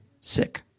sick